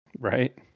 Right